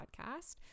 podcast